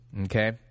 okay